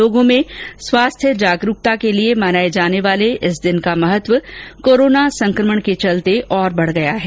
लोगों में स्वास्थ्य जागरूकता के लिये मनाये जाने वाले इस दिन का महत्व कोरोना संक्रमण के चलते और बढ गया है